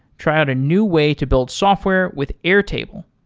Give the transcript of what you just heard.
try out a new way to build software with airtable.